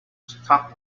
stuck